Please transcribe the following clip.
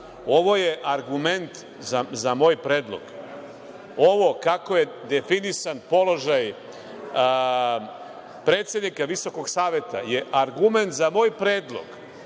je argument za moj predlog? Ovo, kako je definisan položaj predsednika Visokog saveta, je argument za moj predlog?